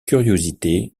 curiosité